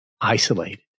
isolated